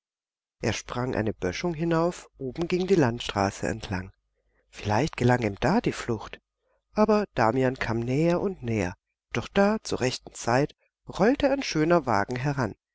er sprang eine böschung hinauf oben ging die landstraße entlang vielleicht gelang ihm da die flucht aber damian kam näher und näher doch da zur rechten zeit rollte ein schöner wagen heran